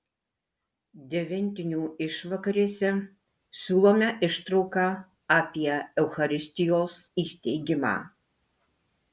devintinių išvakarėse siūlome ištrauką apie eucharistijos įsteigimą